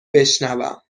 بشنوم